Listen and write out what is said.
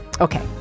Okay